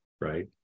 right